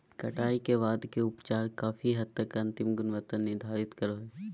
कटाई के बाद के उपचार काफी हद तक अंतिम गुणवत्ता निर्धारित करो हइ